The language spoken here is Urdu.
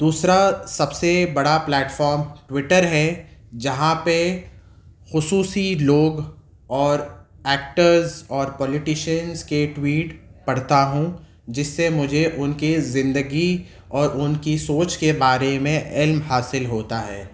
دوسرا سب سے بڑا پیلٹفام ٹویٹر ہے جہاں پہ خصوصی لوگ اور ایکٹرز اور پولیٹیشینس کے ٹویٹ پڑھتا ہوں جس سے مجھے ان کے زندگی اور ان کی سوچ کے بارے میں علم حاصل ہوتا ہے